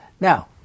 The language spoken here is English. Now